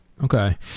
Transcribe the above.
Okay